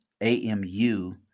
AMU